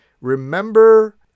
Remember